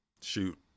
shoot